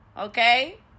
okay